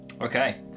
Okay